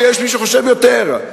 ויש מי שחושב שיותר.